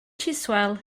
chiswell